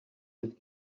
did